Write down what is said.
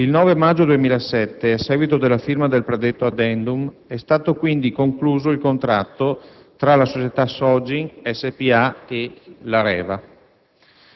Il 9 maggio 2007, a seguito della firma del predetto *addendum*, è stato, quindi, concluso il contratto tra la Sogin spa e Areva.